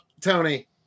Tony